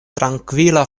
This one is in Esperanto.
trankvila